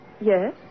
Yes